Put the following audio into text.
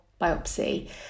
biopsy